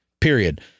Period